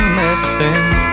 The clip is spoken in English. missing